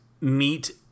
meet